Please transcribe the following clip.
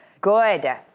Good